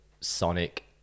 sonic